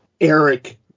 Eric